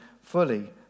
fully